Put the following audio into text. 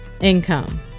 income